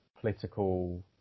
political